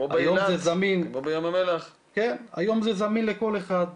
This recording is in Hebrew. היום זה זמין לכל אחד,